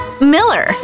miller